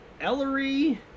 Ellery